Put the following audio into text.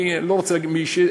אני לא רוצה להגיד מי,